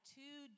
two